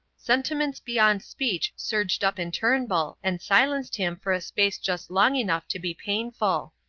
sentiments beyond speech surged up in turnbull and silenced him for a space just long enough to be painful.